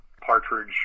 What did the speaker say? partridge